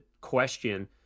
question